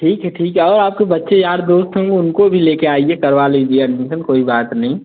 ठीक है ठीक है और आपके बच्चे यार दोस्त होंगे उनको भी ले कर आइए करवा लीजिए एडमिसन कोई बात नहीं